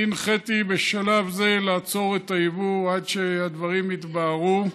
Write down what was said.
אני הנחיתי בשלב זה לעצור את היבוא עד שהדברים יתבהרו.